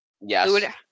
Yes